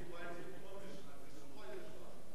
היה נכון.